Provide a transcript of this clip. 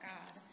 God